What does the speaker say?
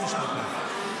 לא משתתף.